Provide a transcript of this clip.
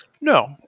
No